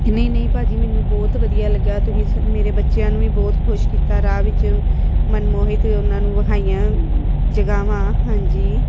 ਨਹੀਂ ਨਹੀਂ ਭਾਅ ਜੀ ਮੈਨੂੰ ਬਹੁਤ ਵਧੀਆ ਲੱਗਿਆ ਤੁਸੀਂ ਸ ਮੇਰੇ ਬੱਚਿਆਂ ਨੂੰ ਵੀ ਬਹੁਤ ਖੁਸ਼ ਕੀਤਾ ਰਾਹ ਵਿੱਚ ਮਨਮੋਹਿਤ ਉਹਨਾਂ ਨੂੰ ਵਿਖਾਈਆਂ ਜਗ੍ਹਾਵਾਂ ਹਾਂਜੀ